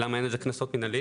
למה אין איזה קנסות מנהליים.